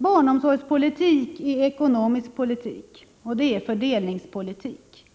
Barnomsorgspolitik är ekonomisk politik, fördelningspolitik.